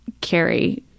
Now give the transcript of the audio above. carry